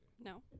No